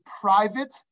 private